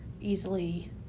easily